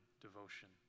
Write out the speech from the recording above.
devotion